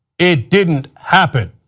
it didn't happen.